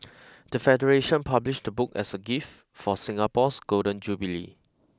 the federation published the book as a gift for Singapore's Golden Jubilee